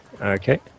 Okay